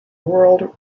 world